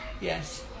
Yes